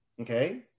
Okay